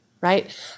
right